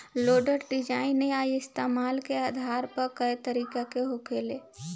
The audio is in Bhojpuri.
लोडर डिजाइन आ इस्तमाल के आधार पर कए तरीका के होला